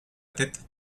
tête